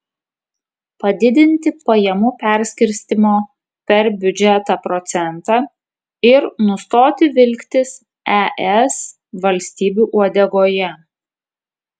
padidinti pajamų perskirstymo per biudžetą procentą ir nustoti vilktis es valstybių uodegoje